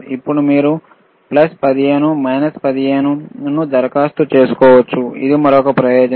అప్పుడు మీరు ప్లస్ 15 లేదా మైనస్ 15 ను ఉపయోగించవచ్చు ఇది మరొక ప్రయోజనం